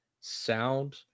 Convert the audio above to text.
sound